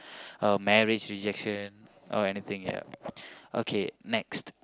uh marriage rejection or anything yup okay next